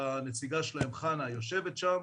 והנציגה שלהם חנה יושבת שם: